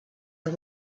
are